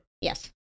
Yes